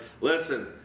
listen